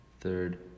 Third